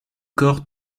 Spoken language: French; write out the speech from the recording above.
corps